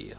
Vi